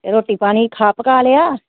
ਰੋਟੀ ਪਾਣੀ ਖਾ ਪਕਾ ਲਿਆ